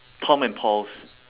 tom and paul's